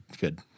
Good